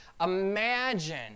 imagine